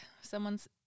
someone's